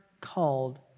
called